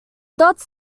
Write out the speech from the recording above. dots